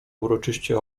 uroczyście